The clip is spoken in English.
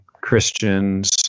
Christians